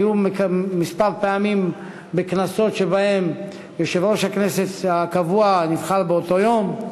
היו כמה כנסות שבהן יושב-ראש הכנסת הקבוע נבחר באותו היום,